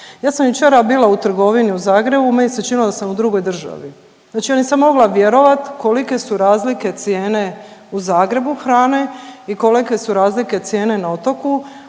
Ja sam jučera bila u trgovini u Zagrebu, meni se činilo da sam u drugoj državi. Znači ja nisam mogla vjerovat kolike su razlike cijene u Zagrebu hrane i kolike su razlike cijene na otoku,